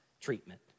treatment